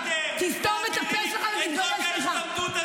לכם, כי אם אתם מעבירים --- יש לי ילד בעזה.